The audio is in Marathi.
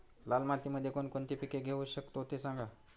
लाल मातीमध्ये कोणकोणती पिके घेऊ शकतो, ते सांगा